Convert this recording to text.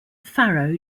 farrow